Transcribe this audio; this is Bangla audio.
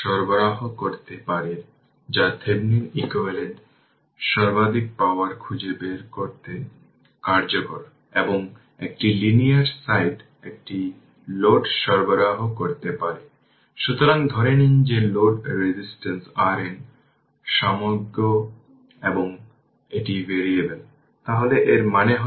সুতরাং এই 3 যে u t তার মানে কিন্তু এই এটা এটা বুঝতে পেরেছে কিন্তু এটা হল u t i 3 এটি হল প্লট এবং এটি ut i 3 যদি এটি i 3 দ্বারা অগ্রসর হয়